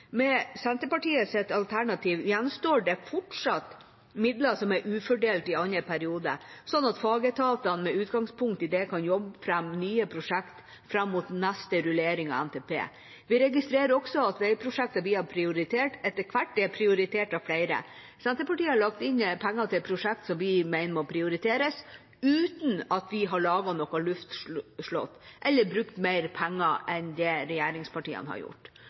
alternativ gjenstår det fortsatt midler som er ufordelt i andre periode, slik at fagetatene med utgangspunkt i det kan jobbe fram nye prosjekter fram mot neste rullering av NTP. Vi registrerer også at veiprosjektene vi har prioritert, etter hvert er prioritert av flere. Senterpartiet har lagt inn penger til prosjekter som vi mener må prioriteres, uten at vi har laget noe luftslott eller brukt mer penger enn det regjeringspartiene har gjort.